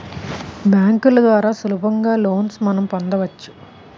బ్యాంకుల ద్వారా సులభంగా లోన్స్ మనం పొందవచ్చు